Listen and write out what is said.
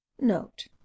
note